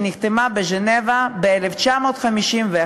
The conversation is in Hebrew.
שנחתמה בז'נבה ב-1951,